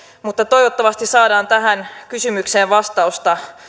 mutta toivottavasti saadaan tähän kysymykseen vastaus